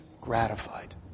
gratified